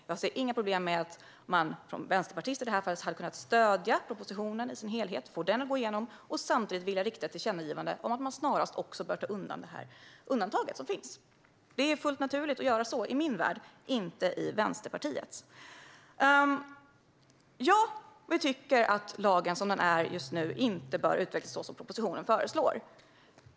Jag ser inga problem med att Vänsterpartiet, i det här fallet, hade kunnat stödja propositionen i dess helhet och få den att gå igenom och samtidigt vilja rikta ett tillkännagivande om att man snarast bör ta bort det undantag som finns. Det är fullt naturligt att göra så i min värld, men inte i Vänsterpartiets. Ja, vi tycker att lagen, så som den är just nu, inte bör utvecklas på det sätt som föreslås i propositionen.